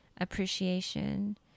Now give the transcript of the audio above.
appreciation